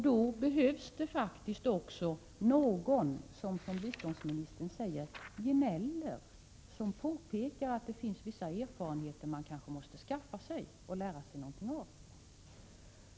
Då behövs också någon som — för att använda biståndsministerns ord — gnäller, någon som påpekar att man kanske måste skaffa sig vissa erfarenheter och lära sig något av dem.